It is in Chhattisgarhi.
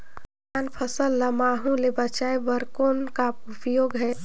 धान फसल ल महू ले बचाय बर कौन का उपाय हे?